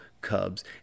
Cubs